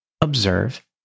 observe